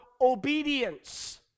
obedience